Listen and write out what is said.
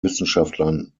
wissenschaftlern